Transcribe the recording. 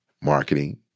marketing